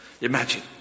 Imagine